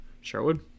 Sherwood